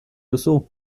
duzu